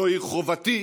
זוהי חובתי.